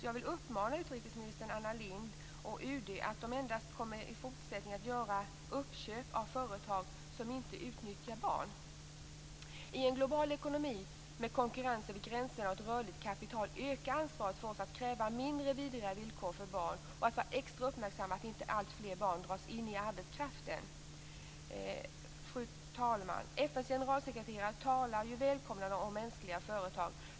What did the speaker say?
Jag vill därför uppmana utrikesminister Anna Lindh och UD att de i fortsättningen kommer att göra uppköp endast av företag som inte utnyttjar barn. I en global ekonomi med konkurrens över gränserna och ett rörligt kapital ökar ansvaret för oss att kräva mindre vidriga villkor för barn och att vara extra uppmärksamma på att inte alltfler barn dras in i arbetskraften. Fru talman! FN:s generalsekreterare talar ju välkomnande om mänskliga företag.